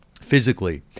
physically